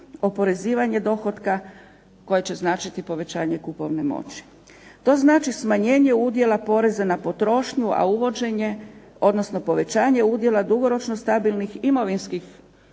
oporezivanje dohotka koje će značiti povećanje kupovne moći. To znači smanjenje udjela poreza na potrošnju, a uvođenje odnosno povećanje udjela dugoročno stabilnih imovinskih